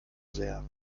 sehr